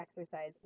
exercise